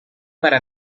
para